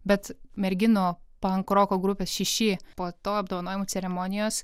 bet merginų pankroko grupės šeši po to apdovanojimų ceremonijos